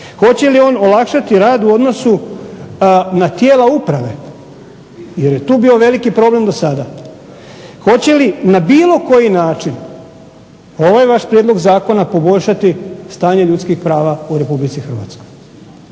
Hoće li on olakšati rad u odnosu na tijela uprave? Jer je tu bio veliki problem dosada. Hoće li na bilo koji način ovaj vaš prijedlog zakona poboljšati stanje ljudskih prava u RH? Ako